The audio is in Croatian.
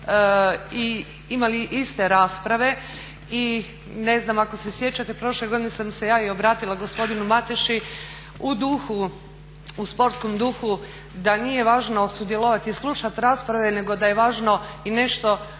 i imali iste rasprave. I ne znam ako se sjećate, prošle godine sam se ja i obratila gospodinu Mateši u sportskom duhu da nije važno sudjelovat i slušat rasprave nego da je važno i nešto naučiti